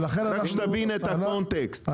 רק שתבין את הקונטקסט.